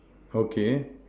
okay